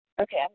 Okay